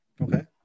Okay